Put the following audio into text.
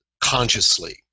consciously